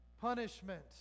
punishment